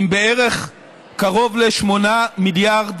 עם בערך קרוב לשמונה מיליארד